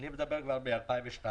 אני מדבר כבר מ-2002,